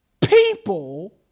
people